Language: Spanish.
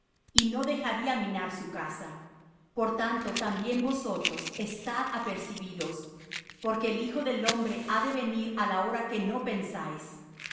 y no dejaría minar su casa por tanto también vosotros estad apercibidos porque el hijo del hombre ha de venir á la hora que no pensáis